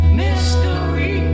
mystery